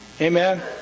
Amen